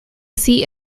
seat